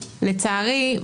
לצערי,